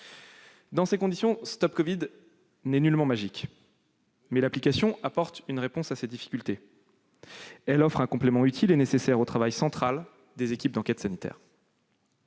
Dans ce contexte, StopCovid n'est en aucun cas la solution magique. Mais l'application apporte une réponse à ces difficultés. Elle offre un complément utile et nécessaire au travail, central, des équipes d'enquête sanitaire.